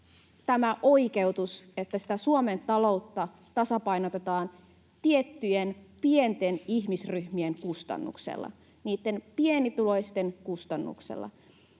tämä oikeutus, että Suomen taloutta tasapainotetaan tiettyjen pienten ihmisryhmien kustannuksella, niitten pienituloisten kustannuksella.